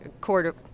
court